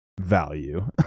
value